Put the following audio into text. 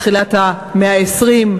תחילת המאה ה-20,